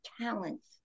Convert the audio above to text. talents